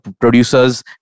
producers